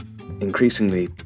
increasingly